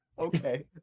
Okay